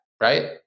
right